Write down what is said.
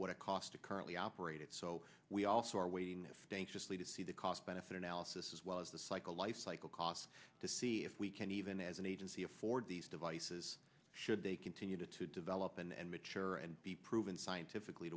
what it cost to currently operate it so we also are waiting to see the cost benefit analysis as well as the cycle life cycle costs to see if we can even as an agency afford these devices should they continue to develop and mature and be proven scientifically